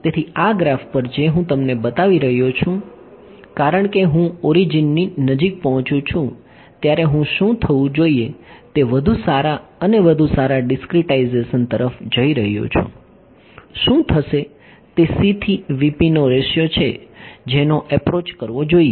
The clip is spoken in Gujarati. તેથી આ ગ્રાફ પર જે હું તમને બતાવી રહ્યો છું કારણ કે હું ઓરિજિનની નજીક પહોંચું છું ત્યારે હું શું થવું જોઈએ તે વધુ સારા અને વધુ સારા ડિસ્ક્રીટાઇઝેશન તરફ જઈ રહ્યો છું શું થશે તે c થી નો રેશિયો છે જેનો એપ્રોચ કરવો જોઈએ